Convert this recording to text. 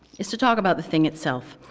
is to talk about the thing itself.